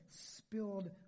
spilled